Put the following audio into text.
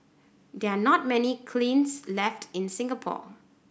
there are not many kilns left in Singapore